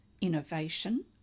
innovation